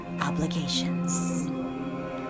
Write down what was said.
obligations